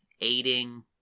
aiding